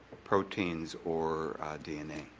proteins or dna?